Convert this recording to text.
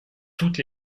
toutes